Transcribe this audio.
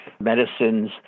medicines